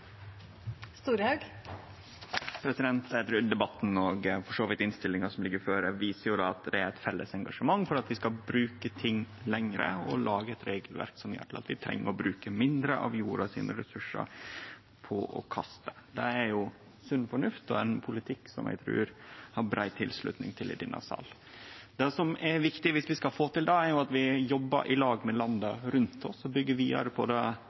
Debatten, og for så vidt innstillinga som ligg føre, viser at det er eit felles engasjement for at vi skal bruke ting lenger og lage eit regelverk som gjer at vi treng å bruke mindre av ressursane på jorda for så å kaste dei. Det er sunn fornuft og ein politikk som eg trur det er brei tilslutning til i denne salen. Det som er viktig om vi skal få det til, er at vi jobbar i lag med landa rundt oss og byggjer vidare på det